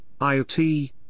IoT